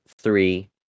three